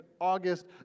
August